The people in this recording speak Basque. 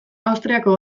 austriako